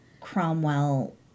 Cromwell